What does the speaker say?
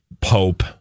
Pope